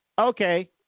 Okay